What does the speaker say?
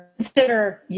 Consider